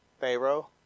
Pharaoh